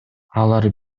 алар